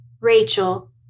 Rachel